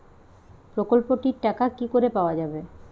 প্রকল্পটি র টাকা কি করে পাওয়া যাবে?